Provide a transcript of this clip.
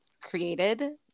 created